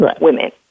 women